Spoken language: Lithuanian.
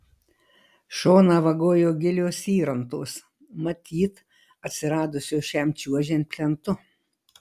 šoną vagojo gilios įrantos matyt atsiradusios šiam čiuožiant plentu